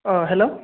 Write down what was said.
hello